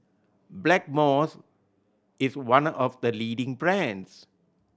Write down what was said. Blackmores is one of the leading brands